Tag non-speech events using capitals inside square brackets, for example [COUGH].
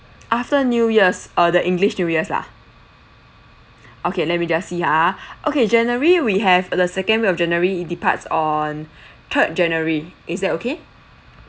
after new years uh the english new years lah okay let me just see ha okay january we have the second week of january it departs on [BREATH] third january is that okay